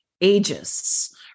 ages